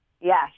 Yes